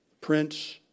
Prince